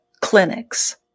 clinics